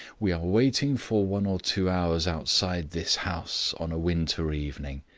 we are waiting for one or two hours outside this house on a winter evening.